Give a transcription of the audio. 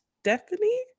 stephanie